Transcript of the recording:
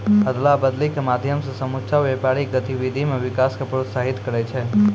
अदला बदली के माध्यम से समुच्चा व्यापारिक गतिविधि मे विकास क प्रोत्साहित करै छै